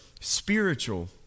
spiritual